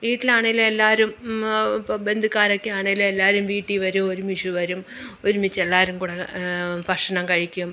വീട്ടിലാണേൽ എല്ലാവരും ഇപ്പോൾ ബന്ധുക്കാരൊക്കെയാണേൽ എല്ലാവരും വീട്ടിൽ വരും ഒരുമിച്ചു വരും ഒരുമിച്ച് എല്ലാവരും കൂടി ഭക്ഷണം കഴിക്കും